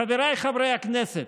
חבריי חברי הכנסת,